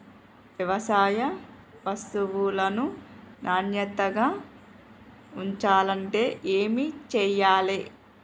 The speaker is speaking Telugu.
వ్యవసాయ వస్తువులను నాణ్యతగా ఉంచాలంటే ఏమి చెయ్యాలే?